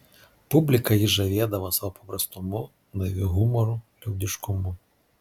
publiką jis žavėdavo savo paprastumu naiviu humoru liaudiškumu